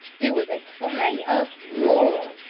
there was a cry of horror,